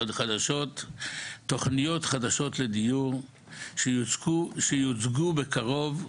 תוכניות חדשות לדיור שיוצגו בקרוב,